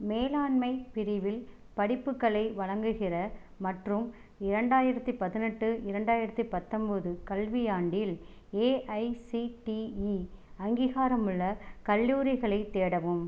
மேலாண்மை பிரிவில் படிப்புகளை வழங்குகிற மற்றும் இரண்டாயிரத்தி பதினெட்டு இரண்டாயிரத்தி பத்தொம்பது கல்வியாண்டில் ஏஐசிடிஇ அங்கீகாரமுள்ள கல்லூரிகளைத் தேடவும்